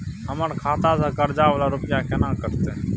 हमर खाता से कर्जा वाला रुपिया केना कटते?